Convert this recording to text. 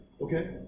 Okay